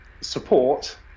support